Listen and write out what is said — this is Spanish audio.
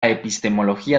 epistemología